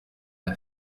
l’a